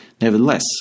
Nevertheless